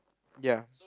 ya